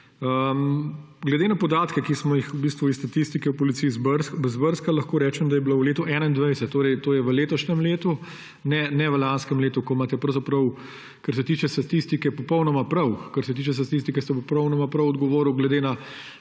Glede na podatke, ki smo jih iz statistike v policiji izbrskali, v letu 2021 – to je torej v letošnjem letu, ne v lanskem letu, ko imate pravzaprav, kar se tiče statistike, popolnoma prav, kar se tiče statistike, ste popolnoma prav odgovorili glede na